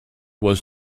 was